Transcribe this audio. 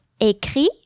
écrit